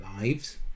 lives